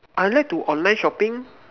I like to online shopping lor